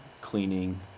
cleaning